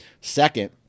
Second